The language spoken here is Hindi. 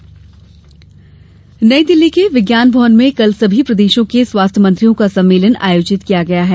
स्वास्थ्य सम्मेलन नई दिल्ली के विज्ञान भवन में कल सभी प्रदेशों के स्वास्थ्य मंत्रियों का सम्मेलन आयोजित किया गया है